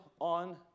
on